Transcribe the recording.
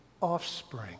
offspring